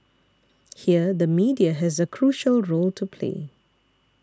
here the media has a crucial role to play